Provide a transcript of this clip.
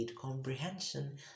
comprehension